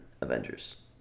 Avengers